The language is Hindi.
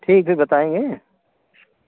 ठीक है बताएंगे